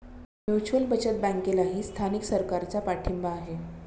mutual बचत बँकेलाही स्थानिक सरकारचा पाठिंबा आहे